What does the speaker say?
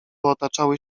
otaczały